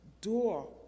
door